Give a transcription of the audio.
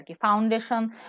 foundation